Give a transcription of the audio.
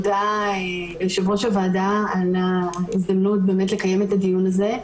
מודה ליושב ראש הוועדה על ההזדמנות לקיים את הדיון הזה.